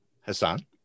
Hassan